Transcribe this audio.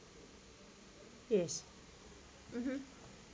yes (uh huh)